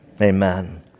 Amen